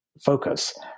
focus